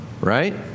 right